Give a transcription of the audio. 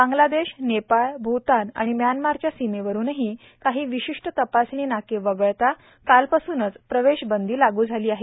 बांगलादेश नेपाळ भूतान आणि म्यानमारच्या सीमेवरुन काही विशिष्ट तपासणी नाके वगळता कालपासूनच प्रवेशबंदी लागू झाली आहे